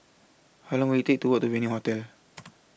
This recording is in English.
How Long Will IT Take to Walk to Venue Hotel